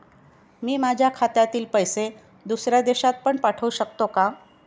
मी माझ्या खात्यातील पैसे दुसऱ्या देशात पण पाठवू शकतो का?